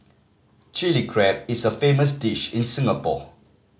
Chilli Crab is a famous dish in Singapore